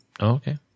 Okay